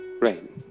right